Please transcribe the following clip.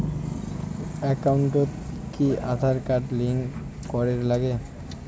একাউন্টত কি Aadhaar card link করের নাগে?